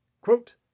quote